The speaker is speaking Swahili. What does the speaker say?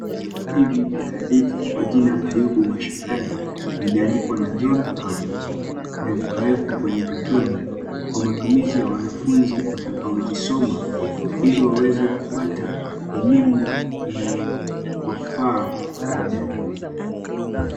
Vitabu hivi vya hadithi kwa jina Ayubu Mashakani, vimeandikwa na John Habwe na vikawekwa kwenye katoni, kwa matumizi ya wanafunzi watakaozisoma ili waweze kupata elimu inayowafaa baadaye.